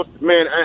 man